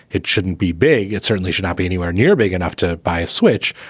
it shouldn't be big. it certainly should not be anywhere near big enough to buy a switch.